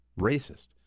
racist